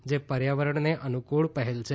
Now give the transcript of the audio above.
જે પર્યાવરણને અનુક્ર્ળ પહેલ છે